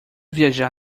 viajar